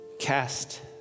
Cast